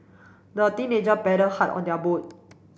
the teenager paddle hard on their boat